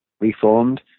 reformed